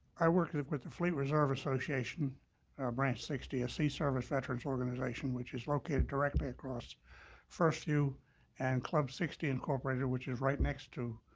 i work with the fleet reserve association branch sixty, a sea service veterans organization which is located directly across first view and club sixty incorporated, which is right next to